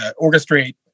orchestrate